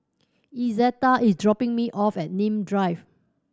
Izetta is dropping me off at Nim Drive